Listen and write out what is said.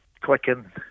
clicking